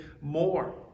more